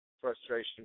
frustration